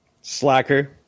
Slacker